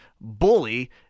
Bully